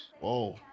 Whoa